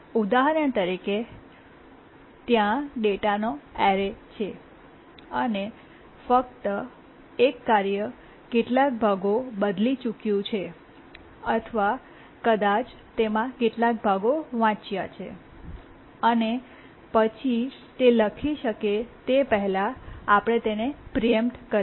ઉદાહરણ તરીકે ત્યાં ડેટાનો એરે છે અને એક કાર્ય ફક્ત કેટલાક ભાગો બદલી ચૂક્યું છે અથવા કદાચ તેમાં કેટલાક ભાગો વાંચ્યા છે અને પછી તે લખી શકે તે પહેલાં આપણે તેને પ્રીએમ્પ્ટ કર્યો